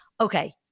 okay